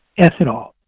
ethanol